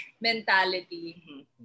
mentality